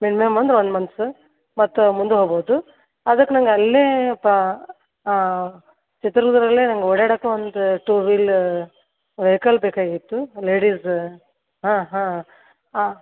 minimum ಅಂದ್ರೆ one months ಮತ್ತು ಮುಂದೆ ಹೋಗ್ಬೋದು ಅದಕ್ಕೆ ನಂಗಲ್ಲೇ ಪ ಚಿತ್ರದುರ್ಗದಲ್ಲೇ ನನಗೆ ಓಡಾಡೋಕ್ ಒಂದು ಟೂ ವೀಲ್ ವೆಯಿಕಲ್ ಬೇಕಾಗಿತ್ತು ಲೇಡೀಸ್ ಹಾಂ ಹಾಂ